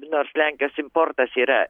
nors lenkijos importas yra